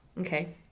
Okay